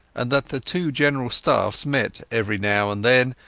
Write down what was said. and that the two general staffs met every now and then,